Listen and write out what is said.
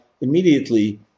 immediately